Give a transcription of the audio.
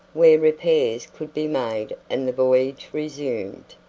where repairs could be made and the voyage resumed.